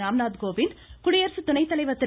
ராம்நாத்கோவிந்த் குடியரசு துணை தலைவர் திரு